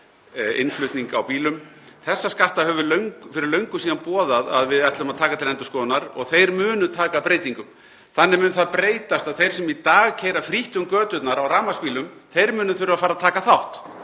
innflutning á bílum. Þessa skatta höfum við fyrir löngu síðan boðað að við ætlum að taka til endurskoðunar og þeir munu taka breytingum. Þannig mun það breytast að þeir sem í dag keyra frítt um göturnar á rafmagnsbílum munu þurfa að fara að taka þátt